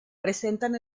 presentan